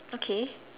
okay